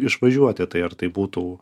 išvažiuoti tai ar tai būtų